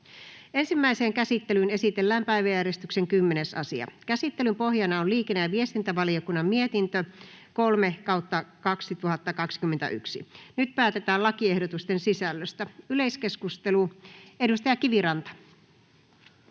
Ensimmäiseen käsittelyyn esitellään päiväjärjestyksen 10. asia. Käsittelyn pohjana on liikenne- ja viestintävaliokunnan mietintö LiVM 3/2021 vp. Nyt päätetään lakiehdotusten sisällöstä. — Edustaja Kiviranta.